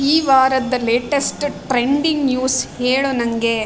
ಈ ವಾರದ latest trending news ಹೇಳು ನನಗೆ